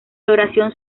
floración